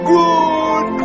good